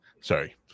Sorry